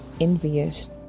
envious